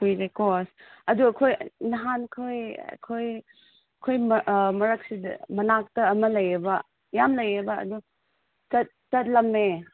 ꯀꯨꯏꯔꯦꯀꯣ ꯑꯁ ꯑꯗꯨ ꯑꯩꯈꯣꯏ ꯅꯍꯥꯟꯈꯣꯏ ꯑꯩꯈꯣꯏ ꯑꯩꯈꯣꯏ ꯃꯔꯛꯁꯤꯗ ꯃꯅꯥꯛꯇ ꯑꯃ ꯂꯩꯌꯦꯕ ꯌꯥꯝ ꯂꯩꯌꯦꯕ ꯑꯗꯨ ꯆꯠꯂꯝꯃꯦ